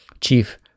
chief